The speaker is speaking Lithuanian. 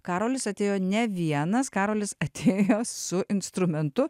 karolis atėjo ne vienas karolis atėjo su instrumentu